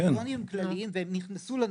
הקריטריונים הם כלליים, והם נכנסו.